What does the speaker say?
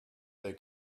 they